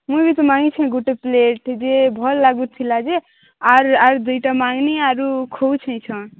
ମୁଁଇ ବି ତ ମାଗିଥିଲି ଗୋଟେ ପ୍ଲେଟ୍ ଦେ ଭଲ ଲାଗୁ ଥିଲା ଯେ ଆର୍ ଆର୍ ଦୁଇଟା ମାଗିଲି ଆରୁ ଖୁବ୍ ଦେଇଛନ୍ତି